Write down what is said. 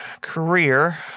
career